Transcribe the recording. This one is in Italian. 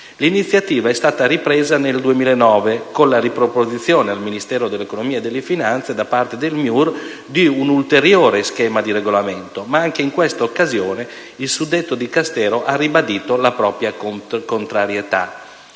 L'iniziativa è stata ripresa nel 2009 con la riproposizione al Ministero dell'economia e delle finanze da parte del MIUR di un ulteriore schema di regolamento, ma anche in questa occasione il suddetto Dicastero ha ribadito la propria contrarietà.